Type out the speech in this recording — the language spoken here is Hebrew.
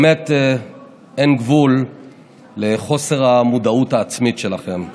באמת שאין גבול לחוסר המודעות העצמית שלכם.